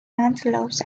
antelopes